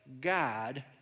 God